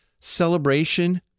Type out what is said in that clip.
celebration